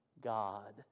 God